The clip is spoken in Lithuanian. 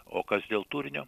o kas dėl turinio